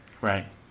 Right